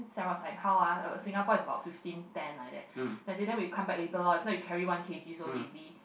Sam was like how ah Singapore is about fifteen ten like that then I say then we come back later loh if not you carry one K_G so heavy